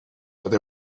they